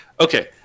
Okay